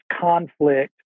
conflict